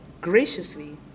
graciously